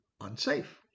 unsafe